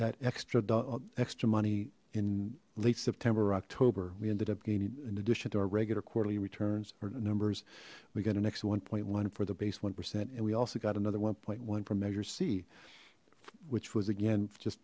that extra extra money in late september or october we ended up gaining in addition to our regular quarterly returns or numbers we got an extra one point one for the base one percent and we also got another one point one from measure c which was again just